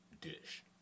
dish